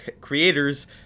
creators